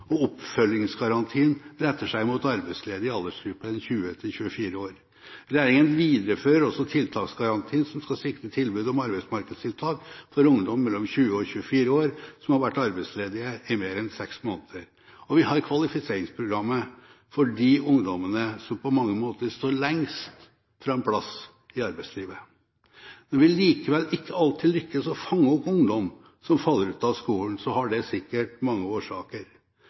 og oppfølgingsgarantien retter seg mot arbeidsledige i aldersgruppen 20–24 år. Regjeringen viderefører også tiltaksgarantien, som skal sikre tilbud om arbeidsmarkedstiltak for ungdom mellom 20 og 24 år som har vært arbeidsledige i mer enn seks måneder, og vi har kvalifiseringsprogrammet for de ungdommene som på mange måter står lengst fra en plass i arbeidslivet. Når vi likevel ikke alltid lykkes i å fange opp ungdom som faller ut av skolen, har det sikkert mange årsaker.